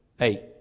eight